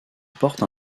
porte